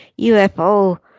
UFO